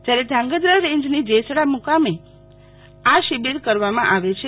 જયારે ધ્રાંગધ્રા રેન્જની જેસડા મુકામે આ શિબિર કરવામાં આવે છે